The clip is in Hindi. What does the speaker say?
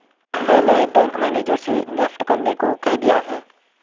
मैंने बैंक मैनेजर से नेफ्ट करने को कह दिया है